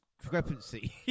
discrepancy